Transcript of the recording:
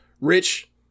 Rich